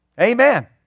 Amen